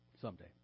someday